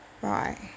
bye